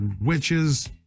witches